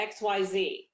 XYZ